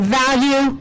value